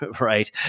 right